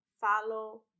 follow